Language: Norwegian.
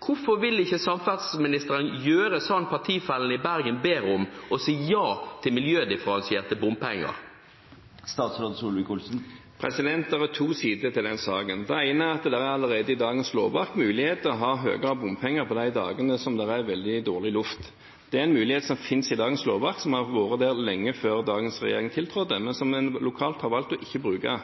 Hvorfor vil ikke samferdselsministeren gjøre som partifellene i Bergen ber om – å si ja til miljødifferensierte bompenger? Det er to sider ved den saken: Det ene er at det allerede i dagens lovverk er mulighet til å ha høyere bompenger på de dagene som det er veldig dårlig luft. Det er en mulighet som finnes i dagens lovverk, som har vært der lenge før dagens regjering tiltrådte, men som en lokalt har valgt ikke å bruke.